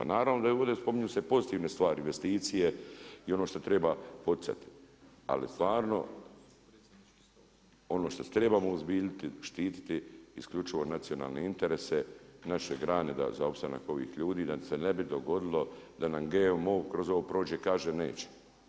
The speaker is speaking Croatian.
I naravno da ovdje spominju se pozitivna stvari, investicije i ono što treba poticati ali stvarno ono što se trebamo uozbiljiti, štiti isključivo nacionalne interese, naše grane za opstanak ovih ljudi da se ne bi dogodilo da nam GMO kroz ovo prođe i kaže neće.